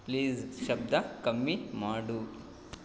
please ಶಬ್ದ ಕಮ್ಮಿ ಮಾಡು